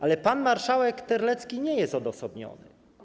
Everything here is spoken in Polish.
Ale pan marszałek Terlecki nie jest odosobniony.